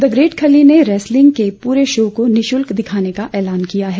the great Khali ने wrestling के पूरे शो को निशुल्क दिखाने का ऐलान किया है